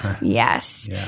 Yes